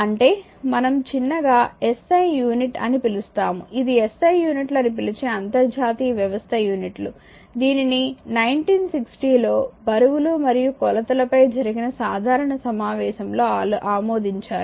అంటే మనం చిన్నగా SI యూనిట్ అని పిలుస్తాము ఇది SI యూనిట్లు అని పిలిచే అంతర్జాతీయ వ్యవస్థ యూనిట్లు దీనిని 1960 లో బరువులు మరియు కోలతల పై జరిగిన సాధారణ సమావేశంలో ఆమోదించారు